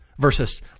Versus